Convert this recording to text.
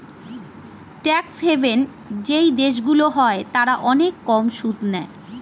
tax haven যেই দেশগুলো হয় তারা অনেক কম সুদ নেয়